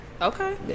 okay